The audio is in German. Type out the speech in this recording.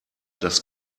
das